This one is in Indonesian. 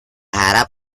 harap